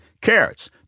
Carrots